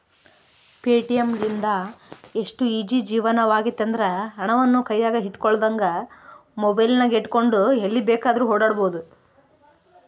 Paytm ಲಿಂದ ಎಷ್ಟು easy ಜೀವನವಾಗೆತೆಂದ್ರ, ಹಣವನ್ನು ಕೈಯಗ ಇಟ್ಟುಕೊಳ್ಳದಂಗ ಮೊಬೈಲಿನಗೆಟ್ಟುಕೊಂಡು ಎಲ್ಲಿ ಬೇಕಾದ್ರೂ ಓಡಾಡಬೊದು